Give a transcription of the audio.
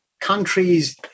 countries